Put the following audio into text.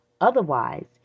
Otherwise